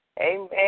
Amen